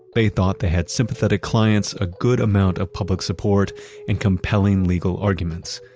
they thought they had sympathetic clients, a good amount of public support and compelling legal arguments.